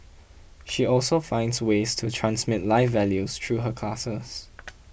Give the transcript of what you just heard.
she also finds ways to transmit life values through her classes